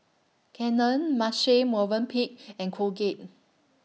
Canon Marche Movenpick and Colgate